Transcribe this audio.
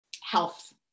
health